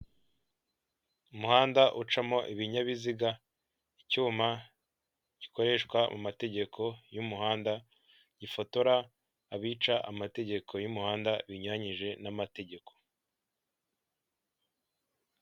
Umuhanda ucamo ibinyabiziga, icyuma gikoreshwa mu mategeko y'umuhanda, gifotora abica amategeko y'umuhanda binyuranyije n'amategeko.